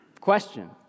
question